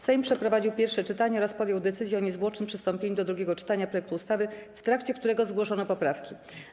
Sejm przeprowadził pierwsze czytanie oraz podjął decyzję o niezwłocznym przystąpieniu do drugiego czytania projektu ustawy, w trakcie którego zgłoszono poprawki.